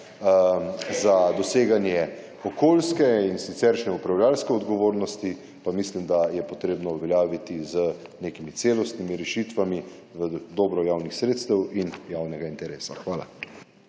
za doseganje okoljske in siceršnje upravljavske odgovornosti pa mislim, da je potrebno uveljaviti z nekimi celostnimi rešitvami v dobro javnih sredstev in javnega interesa. Hvala.